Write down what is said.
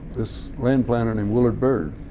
this land planner named willard bird